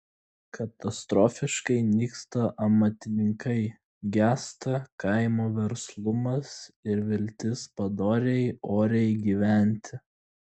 katastrofiškai nyksta amatininkai gęsta kaimo verslumas ir viltis padoriai oriai gyventi